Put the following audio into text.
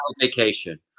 vacation